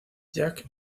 jack